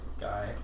guy